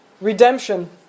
redemption